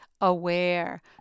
aware